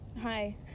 Hi